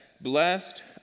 blessed